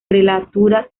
prelatura